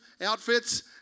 outfits